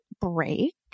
break